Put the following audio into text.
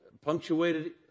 punctuated